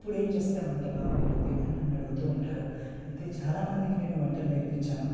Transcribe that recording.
అప్పుడు ఏం చేస్తే వంట బాగుంటుంది అని నన్ను అడుగుతు ఉంటారు అయితే చాలామందికి నేను వంటలు నేర్పించాను